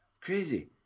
crazy